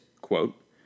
quote